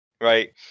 right